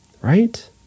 right